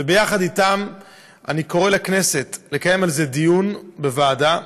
וביחד איתם אני קורא לכנסת לקיים על זה דיון בוועדה,